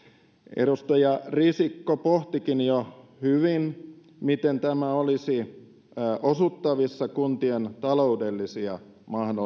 edustaja risikko pohtikin jo hyvin miten tämä olisi osutettavissa vastaamaan kuntien taloudellisia